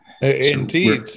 Indeed